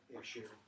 issue